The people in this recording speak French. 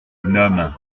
gnome